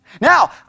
Now